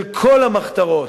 של כל המחתרות,